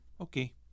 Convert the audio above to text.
Okay